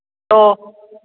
hello